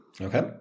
Okay